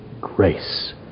grace